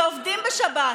שעובדים בשבת.